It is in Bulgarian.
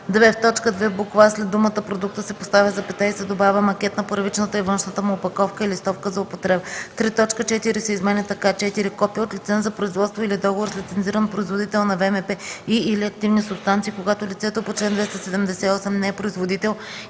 2, буква „а” след думата „продукта” се поставя запетая и се добавя „макет на първичната и външната му опаковка и листовка за употреба”. 3. Точка 4 се изменя така: „4. копие от лиценз за производство или договор с лицензиран производител на ВМП и/или активни субстанции, когато лицето по чл. 278 не е производител,